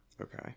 okay